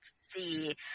see